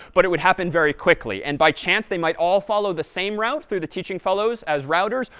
but it would happen very quickly. and by chance, they might all follow the same route through the teaching fellows as routers,